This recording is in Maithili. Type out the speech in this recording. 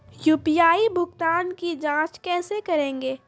यु.पी.आई भुगतान की जाँच कैसे करेंगे?